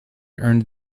earned